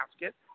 basket